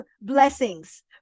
blessings